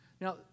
Now